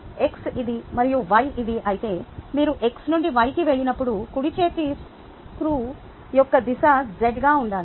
X ఇది మరియు y ఇది అయితే మీరు x నుండి y కి వెళ్ళినప్పుడు కుడి చేతి స్క్రూ యొక్క దిశ z గా ఉండాలి